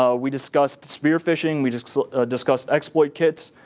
ah we discussed spear phishing, we just so discussed exploit kits,